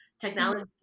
Technology